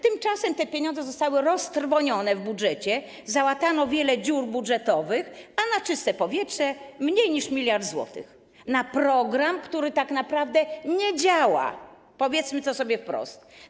Tymczasem te pieniądze zostały roztrwonione w budżecie, załatano wiele dziur budżetowych, a na „Czyste powietrze” - mniej niż 1 mld zł; na program, który tak naprawdę nie działa, powiedzmy to sobie wprost.